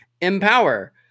Empower